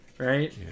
Right